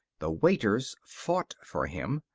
the waiters fought for him.